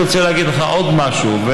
אני רוצה להגיד לך עוד משהו,